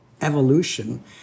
evolution